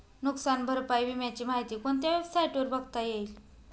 नुकसान भरपाई विम्याची माहिती कोणत्या वेबसाईटवर बघता येईल?